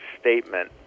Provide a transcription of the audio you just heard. statement